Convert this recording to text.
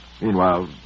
Meanwhile